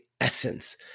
essence